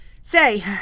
Say